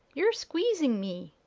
you're squeezing me!